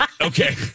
okay